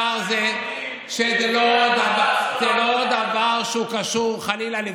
שזה לא דבר קשור, חלילה,